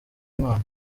mwana